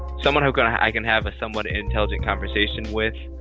someone who i can have a somewhat intelligent conversation with.